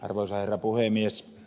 arvoisa herra puhemies